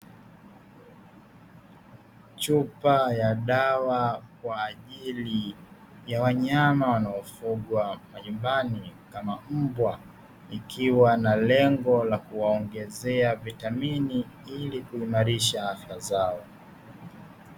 Chupa ya dawa kwa ajili ya wanyama wanaofugwa majumbani kama mbwa ikiwa na lengo la kuwaongezea vitamini ili kuimarisha afya zao.